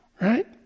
Right